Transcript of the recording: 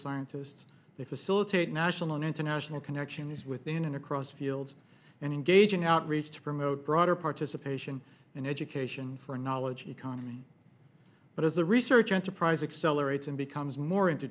scientists they facilitate national and international connections within an across fields and engaging outreach to promote broader participation in education for a knowledge economy but as a research enterprise accelerates and becomes more into